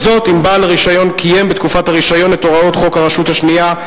אם בעל הרשיון קיים בתקופת הרשיון את הוראות חוק הרשות השנייה,